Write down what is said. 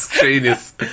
genius